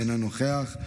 אינו נוכח,